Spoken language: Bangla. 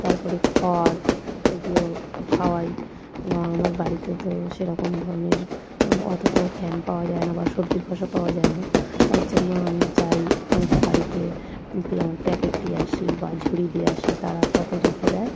তার পরে খড় এগুলো খাওয়াই বা আমার বাড়িতে তো সেরকম ধরনের অতটাও ফ্যান পাওয়া যায় না বা সবজির খোসা পাওয়া যায় না তার জন্য আমি যাই অনেকের বাড়িতে প্লা প্যাকেট দিয়ে আসি বা ঝুড়ি দিয়ে আসি তারা তাতে রেখে দেয়